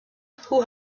who